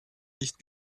nicht